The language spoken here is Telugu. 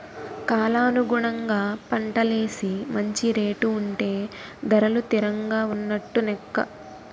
కాలానుగుణంగా పంటలేసి మంచి రేటు ఉంటే ధరలు తిరంగా ఉన్నట్టు నెక్క